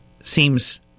seems